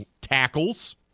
tackles